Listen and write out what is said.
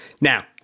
Now